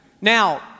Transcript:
now